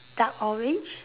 dark orange